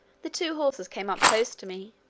the two horses came up close to me,